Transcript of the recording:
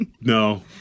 No